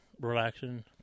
relaxing